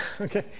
Okay